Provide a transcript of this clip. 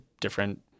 different